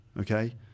Okay